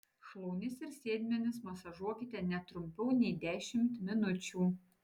šlaunis ir sėdmenis masažuokite ne trumpiau nei dešimt minučių